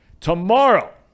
Tomorrow